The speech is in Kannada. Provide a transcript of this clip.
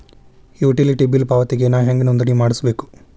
ಯುಟಿಲಿಟಿ ಬಿಲ್ ಪಾವತಿಗೆ ನಾ ಹೆಂಗ್ ನೋಂದಣಿ ಮಾಡ್ಸಬೇಕು?